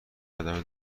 عدم